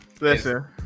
Listen